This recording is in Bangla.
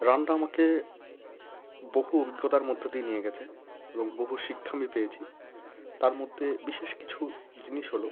রান্না আমাকে বহু অভিজ্ঞতার মধ্য দিয়ে নিয়ে গেছে এবং বহু শিক্ষা আমি পেয়েছি তার মধ্যে বিশেষ কিছু জিনিস হলো